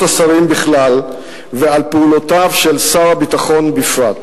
השרים בכלל ועל פעולותיו של שר הביטחון בפרט.